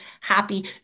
happy